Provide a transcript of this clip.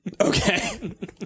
Okay